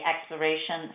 exploration